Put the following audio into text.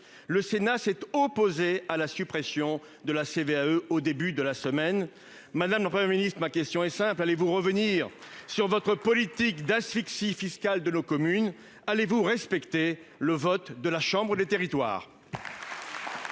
le Sénat s'est opposé à la suppression de la CVAE en début de semaine. Ma question est simple, madame la Première ministre : allez-vous revenir sur votre politique d'asphyxie fiscale de nos communes ? Allez-vous respecter le vote de la chambre des territoires ?